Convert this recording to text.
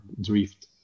drift